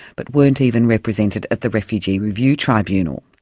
but weren't even represented at the refugee review tribunal.